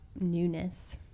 newness